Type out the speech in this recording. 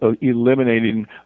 eliminating